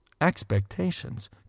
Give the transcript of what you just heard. expectations